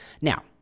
Now